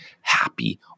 happy